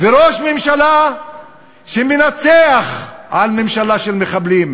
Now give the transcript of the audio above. וראש ממשלה שמנצח על ממשלה של מחבלים.